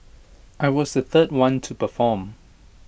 I was the third one to perform